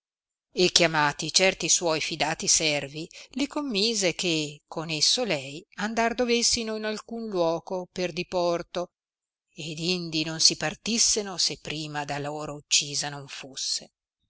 e chiamati certi suoi fidati servi li commise che con esso lei andar dovessino in alcun luoco per diporto ed indi non si partisseno se prima da loro uccisa non fusse